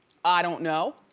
i don't know.